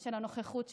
של הנוכחות שלנו,